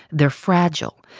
they're fragile.